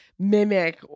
mimic